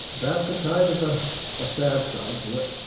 that's kind of a ah sad side to it,